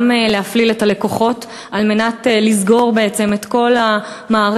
גם להפליל את הלקוחות על מנת לסגור בעצם את כל המערכת,